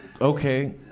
okay